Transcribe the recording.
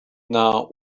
now